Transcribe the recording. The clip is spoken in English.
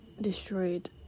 destroyed